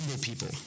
people